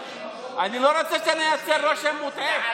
אני לא רוצה לייצר כאן רושם מוטעה,